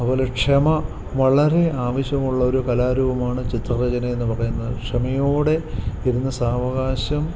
അതുപോലെ ക്ഷമ വളരെ ആവശ്യമുള്ളൊരു കലാരൂപമാണ് ചിത്രരചനായെന്നു പറയുന്നത് ക്ഷമയോടെ ഇരുന്ന് സാവകാശം